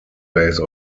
base